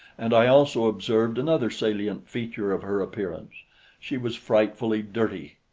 and i also observed another salient feature of her appearance she was frightfully dirty!